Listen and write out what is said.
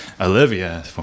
Olivia